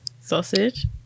Sausage